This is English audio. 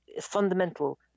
fundamental